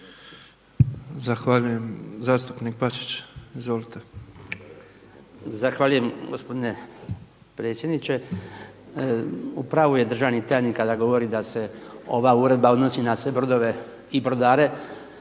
Zahvaljujem. Zastupnik Bačić. Izvolite! **Bačić, Branko (HDZ)** Zahvaljujem. Gospodine predsjedniče! U pravu je državni tajnik kada govori da se ova Uredba odnosi na sve brodove i brodare